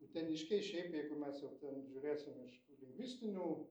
uteniškiai šiaip jeigu mes jau ten žiūrėsim iš lingvistinių